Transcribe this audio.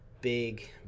big